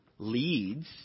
leads